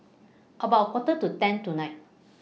about A Quarter to ten tonight